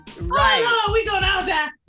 Right